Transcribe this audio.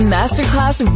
Masterclass